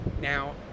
now